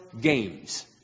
games